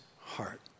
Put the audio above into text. heart